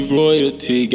royalty